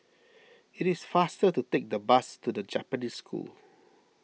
it is faster to take the bus to the Japanese School